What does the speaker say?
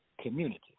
community